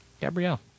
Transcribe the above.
Gabrielle